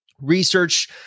research